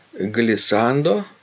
glissando